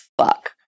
fuck